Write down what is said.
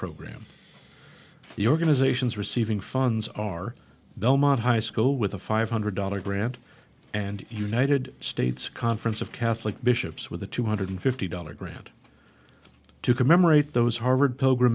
program the organizations receiving funds are belmont high school with a five hundred dollars grant and united states conference of catholic bishops with a two hundred fifty dollar grant to commemorate those harvard p